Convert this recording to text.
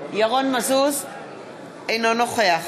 אינו נוכח